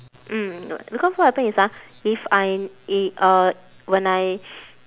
mm because what happen is ah if I i~ uh when I